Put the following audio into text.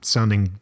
Sounding